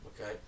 okay